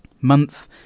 month